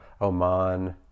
Oman